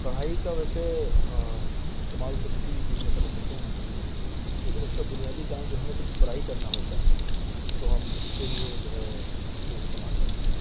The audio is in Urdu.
کڑھائی کا ویسے استعمال تو کسی بھی چیز میں کر لیتے ہیں کبھی کبھی لیکن اس کا بنیادی کام جو ہمیں کچھ فرائی کرنا ہوتا ہے تو ہم اس کے لئے جو ہے اس کو استعمال کرتے ہیں